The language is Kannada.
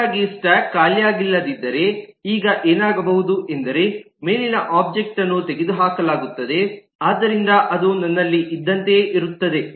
ಹಾಗಾಗಿ ಸ್ಟಾಕ್ ಖಾಲಿಯಾಗಿಲ್ಲದಿದ್ದರೆ ಈಗ ಏನಾಗಬಹುದು ಎಂದರೆ ಮೇಲಿನ ಒಬ್ಜೆಕ್ಟ್ ಅನ್ನು ತೆಗೆದುಹಾಕಲಾಗುತ್ತದೆ ಆದ್ದರಿಂದ ಅದು ನನ್ನಲ್ಲಿದ್ದಂತೆಯೇ ಇರುತ್ತದೆ